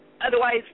Otherwise